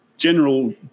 General